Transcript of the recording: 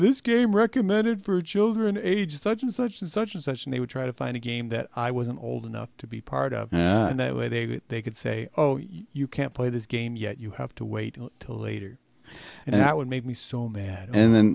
this game recommended for children ages such and such and such and such and they would try to find a game that i wasn't old enough to be part of and a way they they could say oh you can't play this game yet you have to wait till later and that would make me so mad and